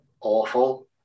awful